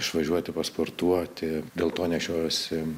išvažiuoti pasportuoti dėl to nešiojuosi